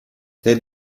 they